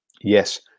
yes